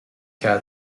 qu’à